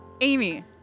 Amy